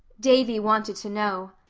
davy wanted to know.